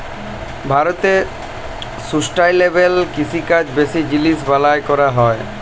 ভারতে সুস্টাইলেবেল কিষিকাজ বেশি জিলিস বালাঁয় ক্যরা হ্যয়